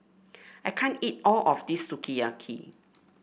I can't eat all of this Sukiyaki